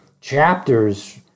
chapters